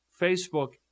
Facebook